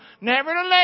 Nevertheless